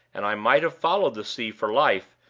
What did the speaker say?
and i might have followed the sea for life,